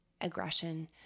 aggression